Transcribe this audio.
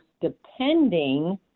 depending